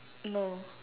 no